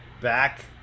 back